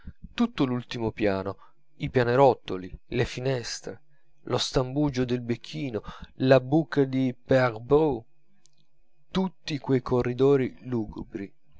tutto l'ultimo piano i pianerottoli le finestre lo stambugio del becchino la buca di père bru tutti quei corridori lugubri